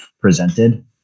presented